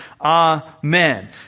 Amen